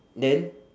then